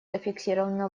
зафиксировано